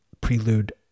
prelude